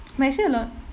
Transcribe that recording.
but actually a lot